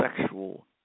sexual